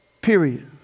Period